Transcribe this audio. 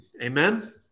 Amen